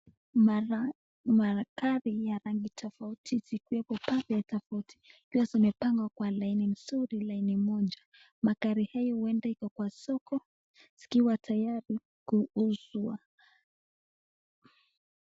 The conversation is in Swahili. Magari ya rangi tofauti zikiwepo pale tofauti zikiwa zimepangwa kwa laini nzuri, laini moja. Magari hayo huenda ziko kwa soko zikiwa tayari kuuzwa.